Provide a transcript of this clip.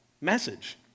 message